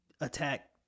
attack